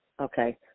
Okay